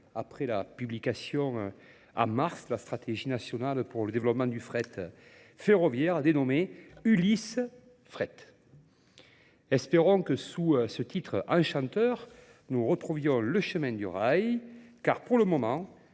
après la publication à Mars, la stratégie nationale pour le développement du fret ferroviaire, dénommée Ulysse fret. Espérons que sous ce titre enchanteur, nous retrouvions le chemin du rail, car pour le moment,